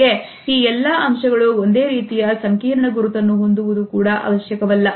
ಜೊತೆಗೆ ಈ ಎಲ್ಲಾ ಅಂಶಗಳು ಒಂದೇ ರೀತಿಯ ಸಂಕೀರ್ಣ ಗುರುತನ್ನು ಹೊಂದುವುದು ಕೂಡ ಅವಶ್ಯಕವಲ್ಲ